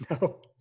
No